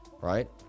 right